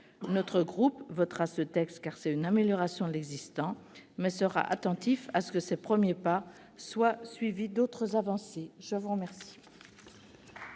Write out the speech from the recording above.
Notre groupe votera ce texte, qui marque une amélioration de l'existant, mais sera attentif à ce que ces premiers pas soient suivis d'autres avancées. La discussion